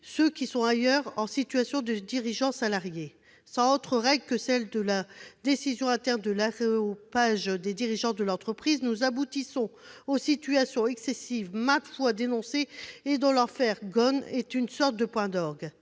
ceux qui sont, ailleurs, en situation de dirigeant salarié. Sans autre règle que celle de la décision interne de l'aréopage des dirigeants de l'entreprise, nous aboutissons aux situations excessives maintes fois dénoncées et dont l'affaire Ghosn est une sorte de point d'orgue.